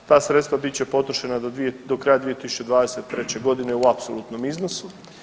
Ta sredstva bit će potrošena do kraja 2023.g. u apsolutnom iznosu.